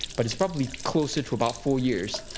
but it's probably closer to about four years.